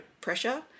pressure